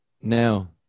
No